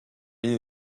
ligne